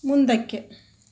ಮುಂದಕ್ಕೆ